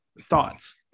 Thoughts